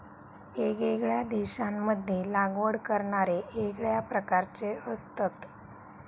येगयेगळ्या देशांमध्ये लागवड करणारे येगळ्या प्रकारचे असतत